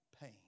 pain